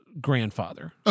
grandfather